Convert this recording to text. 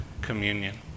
communion